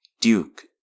Duke